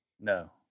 No